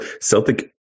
Celtic